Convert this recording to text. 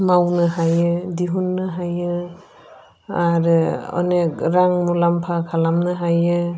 मावनो हायो दिहुननो हायो आरो अनेक रां मुलाम्फा खालामनो हायो